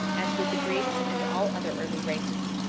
as did the greeks and all other early races.